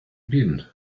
been